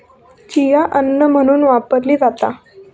chia अन्न म्हणून वापरली जाता